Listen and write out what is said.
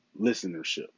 listenership